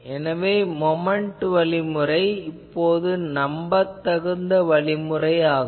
எனவே மொமென்ட் வழிமுறை இப்போது நம்பத்தகுந்த வழிமுறை ஆகும்